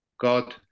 God